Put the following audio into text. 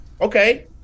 okay